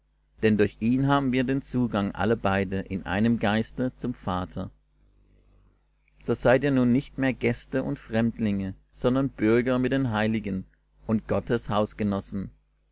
denn durch ihn haben wir den zugang alle beide in einem geiste zum vater so seid ihr nun nicht mehr gäste und fremdlinge sondern bürger mit den heiligen und gottes hausgenossen